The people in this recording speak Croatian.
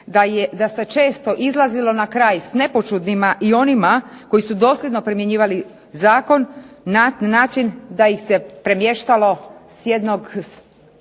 da se često izlazilo na kraj sa nepočudnima i onima koji su dosljedno primjenjivali zakon na način da ih se premještalo s jednog